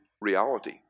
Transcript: reality